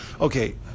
okay